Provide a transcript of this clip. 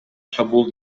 чабуул